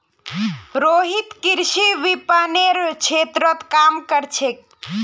रोहित कृषि विपणनेर क्षेत्रत काम कर छेक